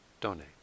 donate